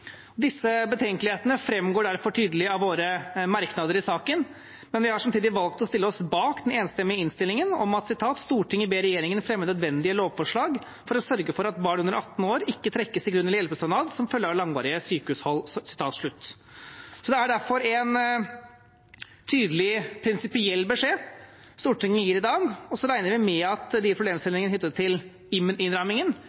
Disse betenkelighetene framgår tydelig av våre merknader i saken, men vi har samtidig valgt å stille oss bak den enstemmige innstillingen: «Stortinget ber regjeringen fremme nødvendige lovforslag for å sørge for at barn under 18 år ikke trekkes i grunn- eller hjelpestønad som følge av langvarige sykehusopphold.» Det er derfor en tydelig prinsipiell beskjed Stortinget gir i dag, og så regner vi med at problemstillingene knyttet til innrammingen vil bli kyndig behandlet av regjeringen. Jeg vil takke forslagsstillerne for